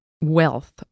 wealth